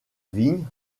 vigne